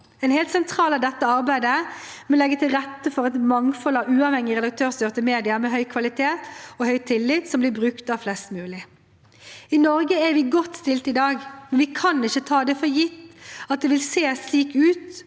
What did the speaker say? En helt sentral del av dette er arbeidet med å legge til rette for et mangfold av uavhengige redaktørstyrte medier med høy kvalitet og høy tillit, som blir brukt av flest mulig. I Norge er vi godt stilt i dag, men vi kan ikke ta det for gitt at det vil se slik ut